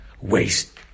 Waste